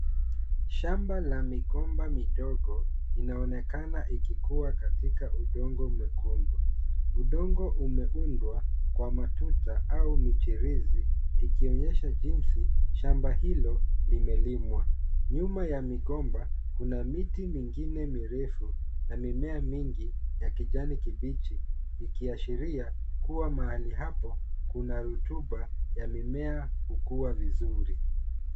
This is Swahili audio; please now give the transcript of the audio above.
Shamba la migomba midogo linaonekana ikikua katika udongo mwekundu . Udongo umeundwa kwa matuta au michirizi ikionyesha jinsi shamba hilo limelimwa . Nyuma ya migomba kuna miti mingine mirefu na mimea mingi ya kijani kibichi ikiashiria kuwa mahali hapa kuna rutuba ya mimea kukua vizuri.